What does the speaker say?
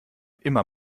immer